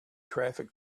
traffic